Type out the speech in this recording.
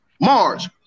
Mars